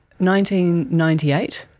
1998